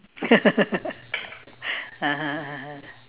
(uh huh) (uh huh)